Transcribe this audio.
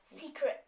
secret